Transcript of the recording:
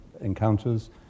encounters